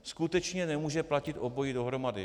Skutečně nemůže platit obojí dohromady.